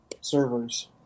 servers